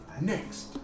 Next